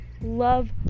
love